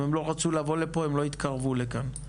אם הם לא רצו לבוא לפה הם לא יתקרבו לכאן,